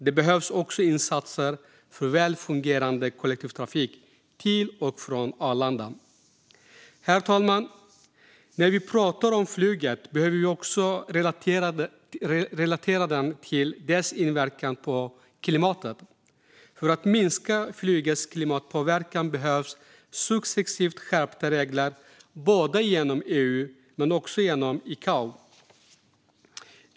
Det behövs också insatser för väl fungerande kollektivtrafik till och från Arlanda. Herr talman! När vi pratar om flyget behöver vi också relatera det till dess inverkan på klimatet. För att minska flygets klimatpåverkan behövs successivt skärpta regler genom både EU och ICAO.